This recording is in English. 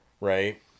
right